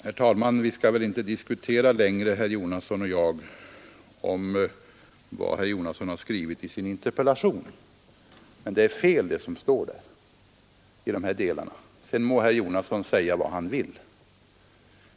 Herr talman! Vi skall väl inte diskutera längre vad herr Jonasson har skrivit i sin interpellation. Men det som står där i dessa delar är fel — sedan må herr Jonasson säga vad han vill.